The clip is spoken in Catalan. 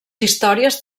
històries